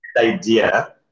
idea